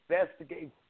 investigate